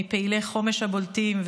מפעילי חומש הבולטים,